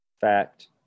fact